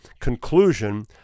conclusion